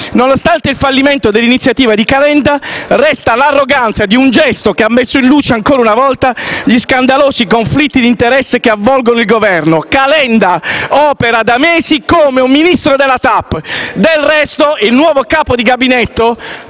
Nonostante il fallimento dell'iniziativa di Calenda, resta l'arroganza di un gesto che, ancora una volta, ha messo in luce gli scandalosi conflitti d'interesse che avvolgono il Governo. Calenda opera da mesi come un Ministro della TAP. Del resto, il nuovo capo di gabinetto,